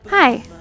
Hi